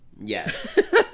Yes